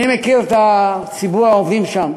אני מכיר את ציבור העובדים שם.